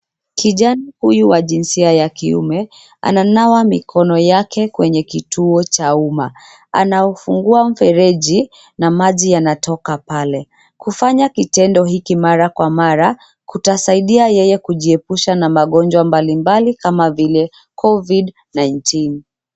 Kijana huyu wa jinsia ya kiume ananawa mikono yake kwenye kituo cha umma. Anaufungua mfereji na maji yanatoka pale. Kufanya kitendo hiki mara kwa mara kutasaidia yeye kujiepusha na magonjwa mbalimbali kama vile (cs)covid-19(cs).